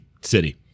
city